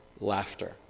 laughter